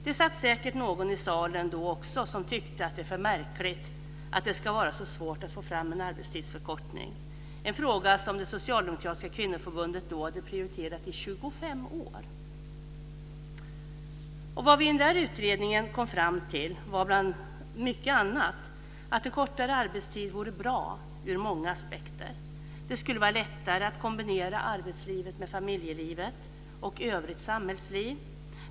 Det satt säkert någon i salen då också som tyckte att det var för märkligt att det ska vara så svårt att få fram en arbetstidsförkortning, en fråga som det socialdemokratiska kvinnoförbundet då hade prioriterat i 25 år. Vad vi i den utredningen kom fram till var bland mycket annat att en kortare arbetstid vore bra ur många aspekter. Det skulle vara lättare att kombinera arbetslivet med familjelivet och övrigt samhällsliv.